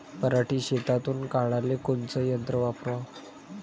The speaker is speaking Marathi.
पराटी शेतातुन काढाले कोनचं यंत्र वापराव?